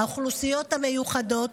האוכלוסיות המיוחדות